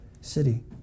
city